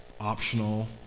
optional